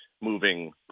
moving